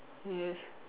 yes